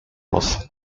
was